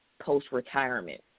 post-retirement